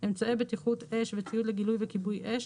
אמצעי בטיחות אש וציוד לגילוי וכיבוי אש,